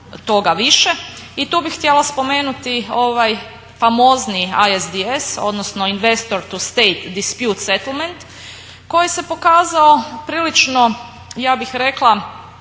I tu bih htjela spomenuti ovaj famozni ISDS odnosno Investor to state dispue cetlemante koji se pokazao prilično ja bih rekla